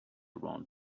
round